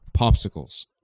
popsicles